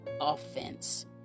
offense